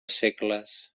segles